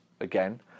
again